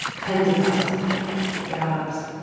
tens of thousands of people lost their jobs.